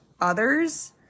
others